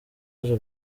naje